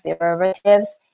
derivatives